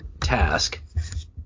task